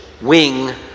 wing